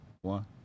one